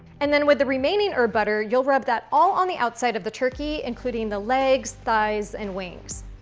and then with the remaining herb butter, you'll rub that all on the outside of the turkey, including the legs, thighs, and wings.